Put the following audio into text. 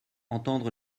entendre